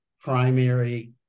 primary